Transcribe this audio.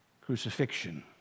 crucifixion